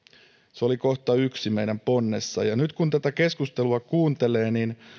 se oli kohta yhden meidän ponnessamme nyt kun tätä keskustelua kuuntelee niin